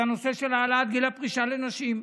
בנושא של העלאת גיל הפרישה לנשים,